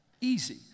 Easy